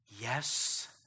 yes